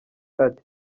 ati